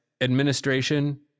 administration